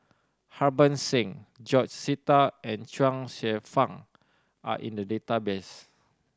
Harbans Singh George Sita and Chuang Hsueh Fang are in the database